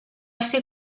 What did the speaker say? ser